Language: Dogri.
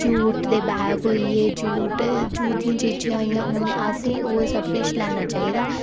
जूट दे बैग होई गै जूट दियां चीज़ा होई गेइयां ओह् सब किश लैना चाहिदा